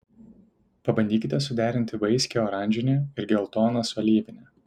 pabandykite suderinti vaiskią oranžinę ir geltoną su alyvine